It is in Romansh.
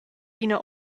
ina